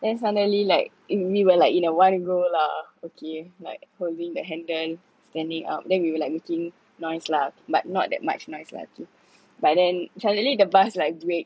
then suddenly like we were like in lah okay like holding the handle standing up then we were like making noise lah but not that much noise lah but then suddenly the bus like brake